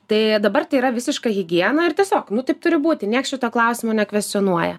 tai dabar tai yra visiška higiena ir tiesiog nu taip turi būti nieks čia to klausimo nekvestionuoja